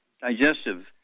digestive